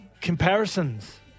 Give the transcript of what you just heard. comparisons